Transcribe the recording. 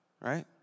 right